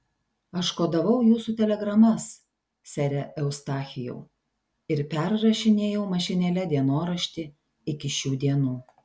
aš kodavau jūsų telegramas sere eustachijau ir perrašinėjau mašinėle dienoraštį iki šių dienų